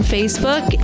Facebook